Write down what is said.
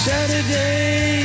Saturday